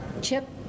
chip